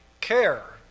care